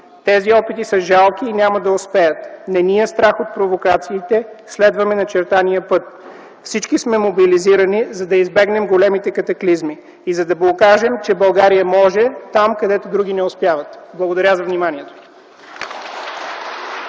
Тези опити са жалки и няма да успеят. Не ни е страх от провокациите, следваме начертания път. Всички сме мобилизирани, за да избегнем големите катаклизми и за да покажем, че България може там, където други не успяват. Благодаря за вниманието.